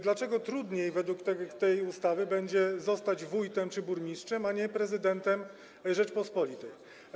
Dlaczego trudniej według tej ustawy będzie zostać wójtem czy burmistrzem, a nie prezydentem Rzeczypospolitej?